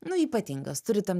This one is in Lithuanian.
nu ypatingas turi tam